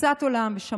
תפיסת עולם ליברלית,